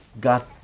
got